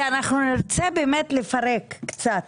כי אנחנו נרצה באמת לפרק קצת